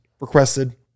requested